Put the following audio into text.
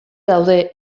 daude